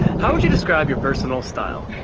how would you describe your personal style?